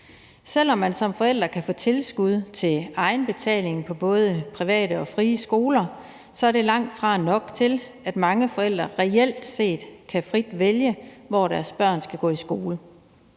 Selv om man som forælder kan få tilskud til egenbetaling på både private og frie skoler, er det langtfra nok til, at mange forældre reelt set frit kan vælge, hvor deres børn skal gå i skole.